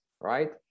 right